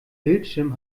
bildschirm